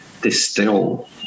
distill